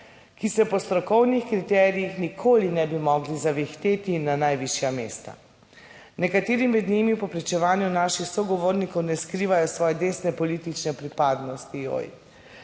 ki se po strokovnih kriterijih nikoli ne bi mogli zavihteti na najvišja mesta. Nekateri med njimi po pričevanju naših sogovornikov ne skrivajo svoje desne politične pripadnosti. Joj,